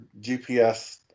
GPS